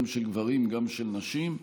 של גברים וגם של נשים.